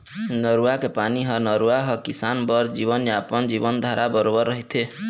नरूवा के पानी ह नरूवा ह किसान बर जीवनयापन, जीवनधारा बरोबर रहिथे